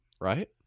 Right